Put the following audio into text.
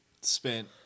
spent